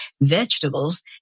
vegetables